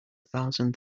thousand